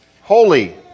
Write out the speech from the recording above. holy